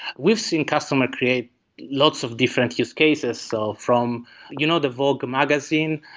we've seen customer create lots of different use cases, so from you know the vogue magazine,